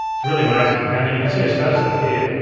it's really amazing. and then you can see a status of it here,